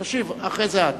תשיב, אחרי זה את.